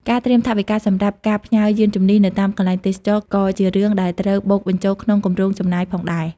ការត្រៀមថវិកាសម្រាប់ការផ្ញើយានជំនិះនៅតាមកន្លែងទេសចរណ៍ ក៏ជារឿងដែលត្រូវបូកបញ្ចូលក្នុងគម្រោងចំណាយផងដែរ។